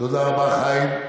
תודה רבה, חיים.